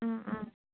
ꯎꯝ ꯎꯝ